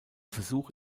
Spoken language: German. versuch